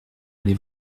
aller